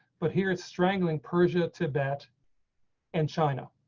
but here it's strangling persia tibet and china.